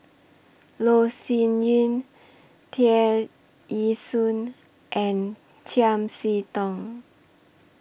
Loh Sin Yun Tear Ee Soon and Chiam See Tong